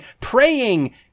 praying